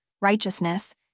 righteousness